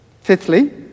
Fifthly